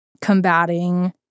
combating